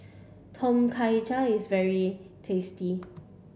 Tom Kha Gai is very tasty